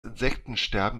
insektensterben